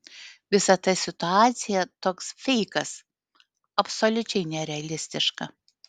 visa ta situacija toks feikas absoliučiai nerealistiška